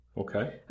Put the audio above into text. Okay